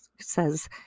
says